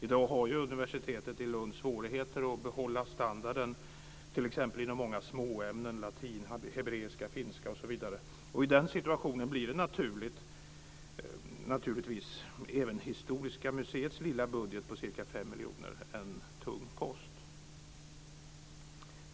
I dag har ju universitetet i Lund svårigheter att behålla standarden inom många små ämnen, t.ex. latin, hebreiska, finska. I den situationen blir naturligtvis även det historiska museets lilla budget på ca 5 miljoner en tung post.